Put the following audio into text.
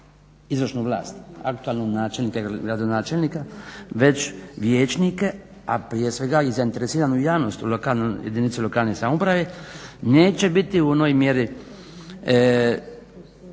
izvršnu vlast, aktualnog načelnika ili gradonačelnika već vijećnike a prije svega i zainteresiranu javnost u jedinicama lokalne samouprave neće biti u onoj mjeri